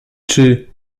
czy